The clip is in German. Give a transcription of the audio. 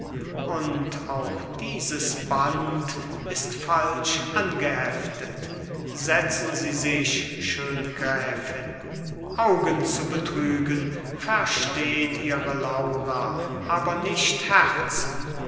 und auch dieses band ist falsch angeheftet setzen sie sich schöne gräfin augen zu betrügen versteht ihre laura aber nicht herzen